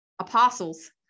apostles